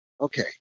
Okay